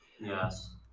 Yes